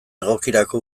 egokirako